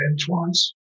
twice